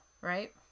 right